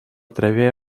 траве